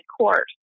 court